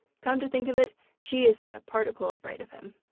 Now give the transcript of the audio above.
come to think of it, she isn't a particle afraid of him.